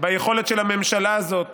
ביכולת של הממשלה הזאת